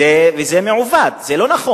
זה מעוות, זה לא נכון.